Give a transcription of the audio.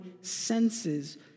senses